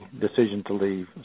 decision-to-leave